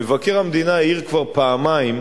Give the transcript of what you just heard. מבקר המדינה העיר כבר פעמיים,